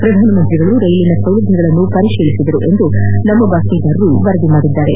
ಪ್ರಧಾನಮಂತ್ರಿಯವರು ರೈಲಿನ ಸೌಲಭ್ಯಗಳನ್ನು ಪರಿಶೀಲಿಸಿದರು ಎಂದು ನಮ್ಮ ಬಾತ್ಮೀದಾರರು ವರದಿ ಮಾಡಿದ್ದಾರೆ